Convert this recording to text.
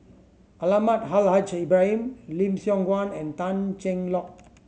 Almahdi Al Haj Ibrahim Lim Siong Guan and Tan Cheng Lock